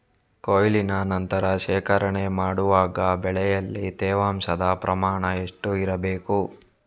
ಕೊಯ್ಲಿನ ನಂತರ ಶೇಖರಣೆ ಮಾಡುವಾಗ ಬೆಳೆಯಲ್ಲಿ ತೇವಾಂಶದ ಪ್ರಮಾಣ ಎಷ್ಟು ಇರಬೇಕು?